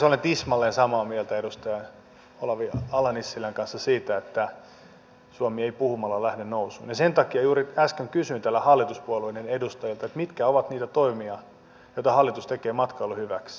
olen tismalleen samaa mieltä edustaja olavi ala nissilän kanssa siitä että suomi ei puhumalla lähde nousuun ja sen takia juuri äsken kysyin täällä hallituspuolueiden edustajilta mitkä ovat niitä toimia joita hallitus tekee matkailun hyväksi